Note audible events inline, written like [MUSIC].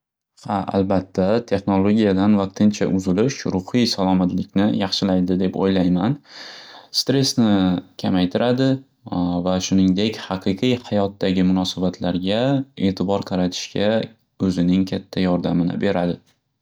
Ha albatta texnologiyadan vaqtincha uzulish ruhiy salomatlikni yaxshilaydi deb o'ylayman. Stresni kamaytiradi [HESITATION] va shuningdek haqiqiy hayotdagi munosabatlarga e'tibor qaratishga o'zining katta yordamini beradi.